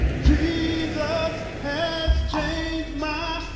jesus has changed my